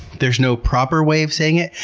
there's no proper way of saying it.